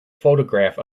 photograph